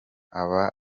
aba